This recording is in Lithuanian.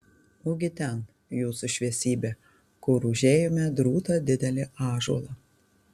ugi ten jūsų šviesybe kur užėjome drūtą didelį ąžuolą